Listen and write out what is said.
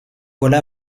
voilà